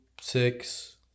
six